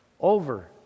over